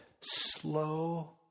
slow